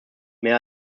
mehr